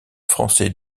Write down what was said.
français